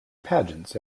pageants